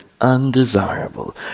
undesirable